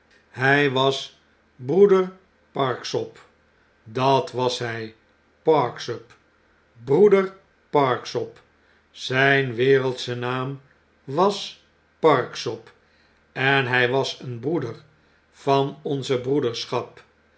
hy was broeder parksop dat was hy parksop broeder parksop zyn wereldsche naam was parksop en hy was een broeder van deze onze broederschap